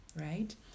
right